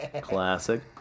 Classic